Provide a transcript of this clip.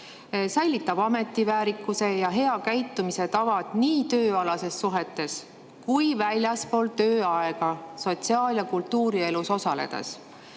säilitab ametiväärikuse ja hea käitumise tavad nii tööalastes suhetes kui väljaspool tööaega sotsiaal- ja kultuurielus osaledes;